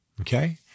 Okay